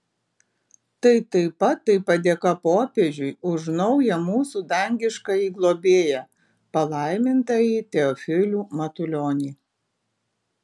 tai taip pat tai padėka popiežiui už naują mūsų dangiškąjį globėją palaimintąjį teofilių matulionį